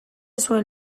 zuen